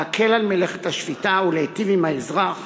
להקל על מלאכת השפיטה ולהיטיב עם האזרח